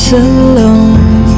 alone